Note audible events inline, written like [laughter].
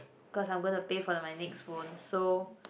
[breath] cause I'm gonna pay for my next phone so